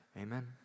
Amen